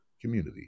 community